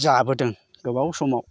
जाबोदों गोबाव समाव